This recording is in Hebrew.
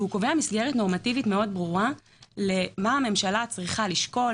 הוא קובע מסגרת נורמטיבית מאוד ברורה למה הממשלה צריכה לשקול,